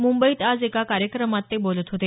मुंबईत आज एका कार्यक्रमात ते बोलत होते